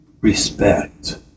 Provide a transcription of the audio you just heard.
respect